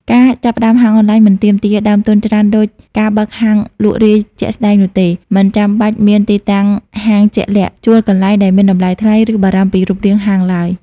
ការចាប់ផ្តើមហាងអនឡាញមិនទាមទារដើមទុនច្រើនដូចការបើកហាងលក់រាយជាក់ស្តែងនោះទេ មិនចាំបាច់មានទីតាំងហាងជាក់លាក់ ជួលកន្លែងដែលមានតម្លៃថ្លៃ ឬបារម្ភពីរូបរាងហាងឡើយ។